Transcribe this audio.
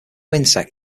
insect